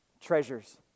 treasures